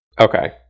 Okay